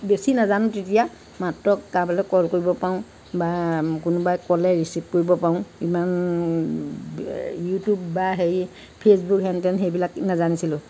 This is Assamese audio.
বেছি নাজানো তেতিয়া মাত্ৰ কাৰোবালৈ কল কৰিব পাৰোঁ বা কোনোবাই ক'লে ৰিচিভ কৰিব পাৰোঁ ইমান ইউটিউব বা হেৰি ফেচবুক হেন তেন সেইবিলাক নাজানিছিলোঁ